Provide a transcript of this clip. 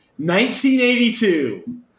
1982